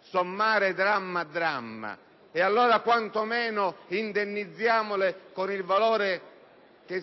sommare dramma a dramma. E allora, quanto meno indennizziamo tali attività con il valore che